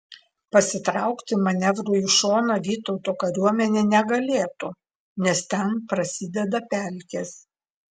pasitraukti manevrui į šoną vytauto kariuomenė negalėtų nes ten prasideda pelkės